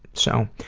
so,